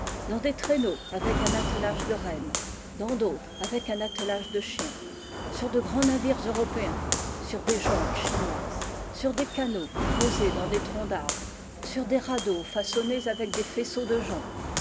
dans des traîneaux avec un attelage de rennes dans d'autres avec un attelage de chiens sur de grands navires européens sur des jonques chinoises sur des canots creusés dans des troncs d'arbres sur des radeaux façonnés avec des faisceaux de joncs